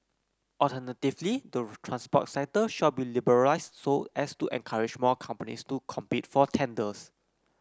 alternatively the transport sector shall be liberalised so as to encourage more companies to compete for tenders